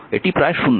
এটি প্রায় 0